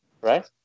Right